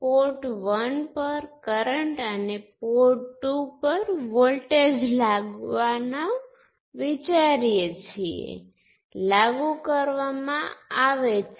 port 1 માં વહેતો current બે ભાગોનો સરવાળો y11 × V1 y12 × V2 છે